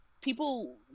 people